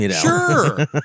Sure